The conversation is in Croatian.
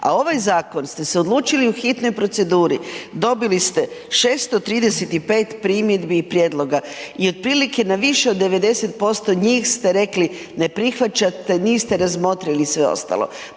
A ovaj zakon ste se odlučili u hitnoj proceduri, dobili ste 635 primjedbi i prijedloga i otprilike na više od 90% njih ste rekli ne prihvaćate, niste razmotrili sve ostalo.